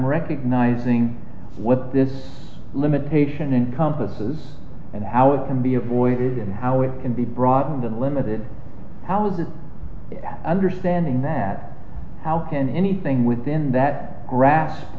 recognizing what this limitation encompasses and how it can be avoided and how it can be broadened and limited how the understanding that how can anything within that gras